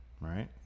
Right